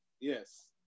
Yes